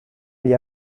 gli